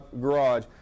garage